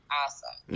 awesome